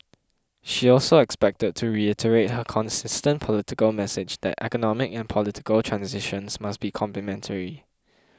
she is also expected to reiterate her consistent political message that economic and political transitions must be complementary